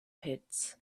pits